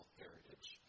heritage